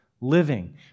living